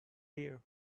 here